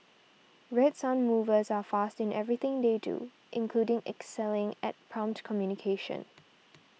Red Sun Movers are fast in everything they do including excelling at prompt communication